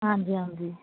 ਹਾਂਜੀ ਹਾਂਜੀ